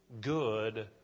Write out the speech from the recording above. good